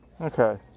okay